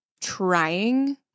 trying